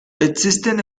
existen